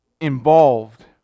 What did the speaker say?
involved